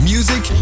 Music